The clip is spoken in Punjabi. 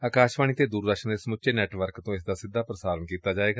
ਆਕਾਸ਼ਵਾਣੀ ਅਤੇ ਦੂਰਦਰਸ਼ਨ ਦੇ ਸਮੁੱਚੇ ਨੈੱਟਵਰਕ ਤੇ ਇਸ ਦਾ ਸਿੱਧਾ ਪ੍ਰਸਾਰਣ ਕੀਤਾ ਜਾਏਗਾ